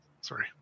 sorry